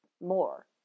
more